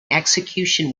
execution